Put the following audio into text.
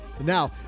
Now